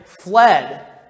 fled